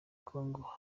congo